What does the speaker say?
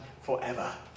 forever